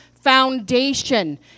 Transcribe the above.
foundation